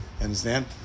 Understand